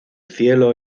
cielo